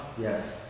Yes